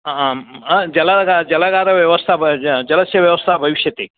आं जलस्य जलव्यवस्था जलस्य व्यवस्था भविष्यति